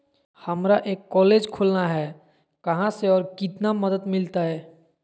हमरा एक कॉलेज खोलना है, कहा से और कितना मदद मिलतैय?